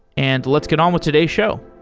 and let's get on with today's show